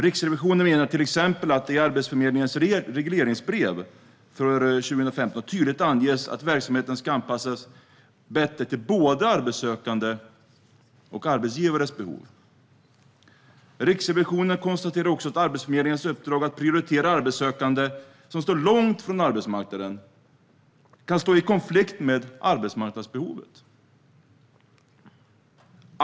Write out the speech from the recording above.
Riksrevisionen menar till exempel att det i Arbetsförmedlingens regleringsbrev för 2015 tydligt anges att verksamheten ska anpassas bättre till både arbetssökandes och arbetsgivares behov. Riksrevisionen konstaterar också att Arbetsförmedlingens uppdrag att prioritera arbetssökande som står långt från arbetsmarknaden kan stå i konflikt med arbetsmarknadsbehovet.